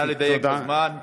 נא לדייק בזמן.